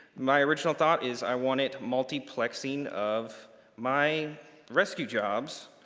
my orginal thought is i want it multi-plexi of my rescue jobs,